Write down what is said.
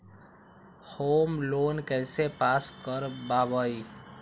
Home loan कैसे pass कर बाबई?